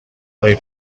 die